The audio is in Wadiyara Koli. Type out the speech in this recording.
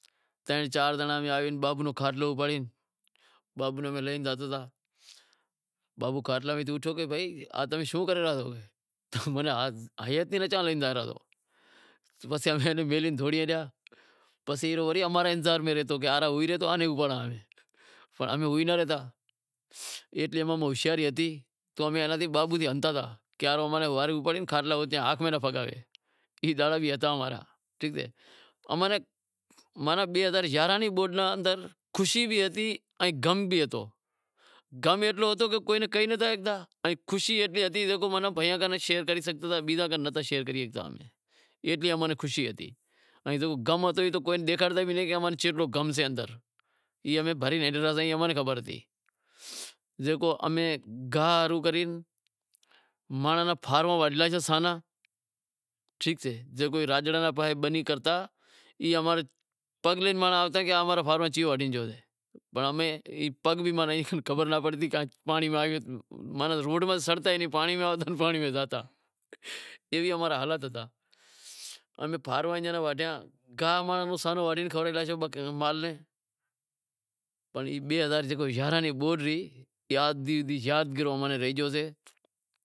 چار زانڑا بھی آویں تو باپ رو کھاٹلو اپاڑے باپو ناں لئی زاوتا، باپو کھاٹلے ماتھے شوں کرے رہیا سو؟ وڑی اماں رے انتظار ماں رہئتو کہ ایئاں ناں اپاڑاں پنڑ امیں ہوئی ناں رہتا، ایتلی اماں میں ہوشیاری ہتی، ای دہاڑا بھی ہتا اماں را ٹھیک سے، اماں ری بئے ہزار یارانہں ری بوڈ رے اندر خوشی بھی ہتی ایئں غم بھی ہتو، غم ایتلو ہتو کہی کناں کہے ناں سگھتا، خوشی ایتلی ہتی کہ بھایاں کناں شیئر کرے شگتا، ایتلی اماں ناں خوشی ہتی، ان غم کے ناں نتھی کاہتا کہ چیتلو اماں میں غم سے، ای اماں ناں خبر ہتی، جیکو اماں گاہ کری، روڈ متھے سڑتا ئی نتھی، پانڑی میں آوتا پانڑی میں زاوتا، ایوی اماں را حال ہتا، ای بئے ہزار یارانہں ری بوڈ را یادگیرو رہی گیو ہوسے